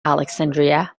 alexandria